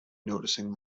noticing